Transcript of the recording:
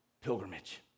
pilgrimage